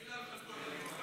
גברתי היושבת-ראש,